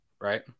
Right